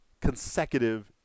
consecutive